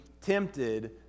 tempted